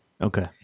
Okay